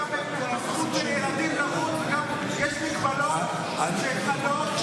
הזכות של ילדים לרוץ, וגם יש הגבלות שחלות.